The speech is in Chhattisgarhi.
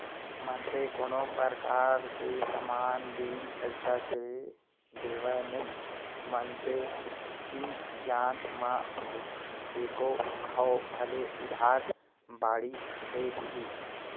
मनसे कोनो परकार के समान बिन पइसा के देवय नई मनसे चिन जान म एको घौं भले उधार बाड़ी दे दिही